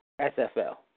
SFL